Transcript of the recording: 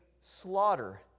slaughter